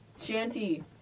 shanty